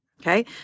Okay